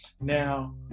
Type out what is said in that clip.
Now